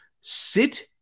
sit